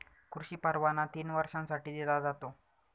कृषी परवाना तीन वर्षांसाठी दिला जातो